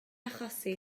achosi